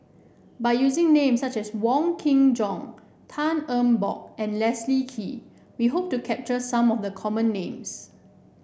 by using names such as Wong Kin Jong Tan Eng Bock and Leslie Kee we hope to capture some of the common names